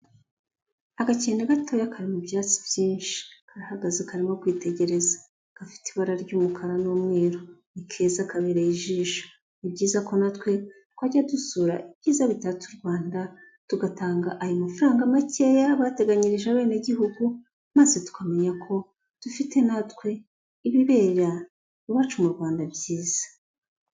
Agakena gatoya kari mu byatsi byinshi, karahagaze karimo kwitegereza, gafite ibara ry'umukara n'umweru, ni keza kabereye ijisho, ni byiza ko natwe twajya dusura ibyiza bitatse u Rwanda, tugatanga ayo mafaranga makeya bateganyirije abene gihugu, maze tukamenya ko dufite natwe ibibera iwacu mu Rwanda byiza.